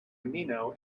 amino